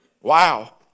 Wow